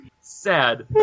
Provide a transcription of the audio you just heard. Sad